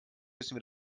müssen